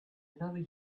another